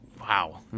Wow